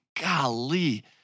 Golly